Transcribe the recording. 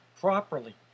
properly